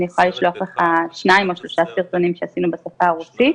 אני יכולה לשלוח לך שניים או שלושה סרטונים שעשינו בשפה הרוסית.